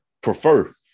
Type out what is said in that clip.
prefer